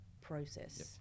process